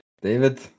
David